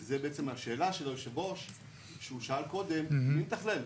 זה בעצם השאלה של היושב-ראש שהוא שאל קודם מי יתכלל?